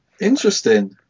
Interesting